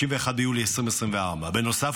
31 ביולי 2024. בנוסף,